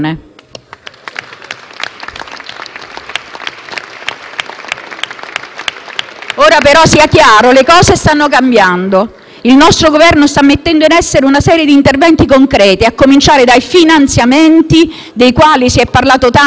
Ora, però, sia chiaro: le cose stanno cambiando. Il nostro Governo sta mettendo in essere una serie di interventi concreti a cominciare dai finanziamenti, dei quali si è parlato tanto e che tanti dicono che mancano ma finalmente ci sono,